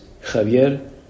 Javier